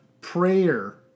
Prayer